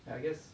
I guess